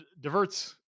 diverts